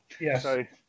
yes